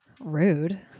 Rude